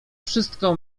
wszystko